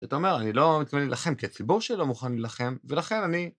ואתה אומר, אני לא מתכוון להילחם כי הציבור שלא מוכן להילחם, ולכן אני...